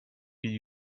could